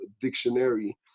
dictionary